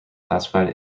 classified